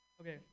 Okay